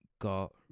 got